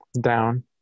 down